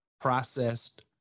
processed